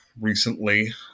recently